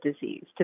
disease